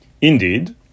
indeed